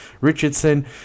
Richardson